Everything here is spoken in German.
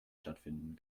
stattfinden